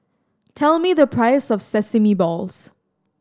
tell me the price of sesame balls